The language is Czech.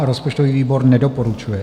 Rozpočtový výbor nedoporučuje.